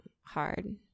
hard